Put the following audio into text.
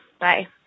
bye